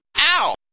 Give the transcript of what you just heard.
ow